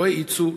לא האיצו,